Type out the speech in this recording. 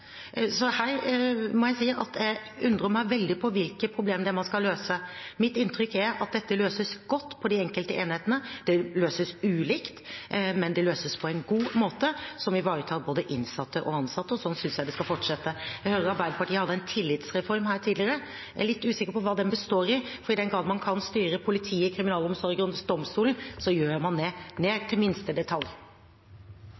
Så her må jeg si at jeg undrer meg veldig på hvilke problemer det er man skal løse. Mitt inntrykk er at dette løses godt på de enkelte enhetene. Det løses ulikt, men det løses på en god måte som ivaretar både innsatte og ansatte, og sånn synes jeg det skal fortsette. Jeg hører Arbeiderpartiet hadde en tillitsreform her tidligere, og jeg er litt usikker på hva den består i, for i den grad man kan styre politiet, kriminalomsorgen og domstolen, så gjør man det – ned